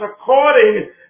according